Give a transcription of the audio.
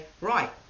right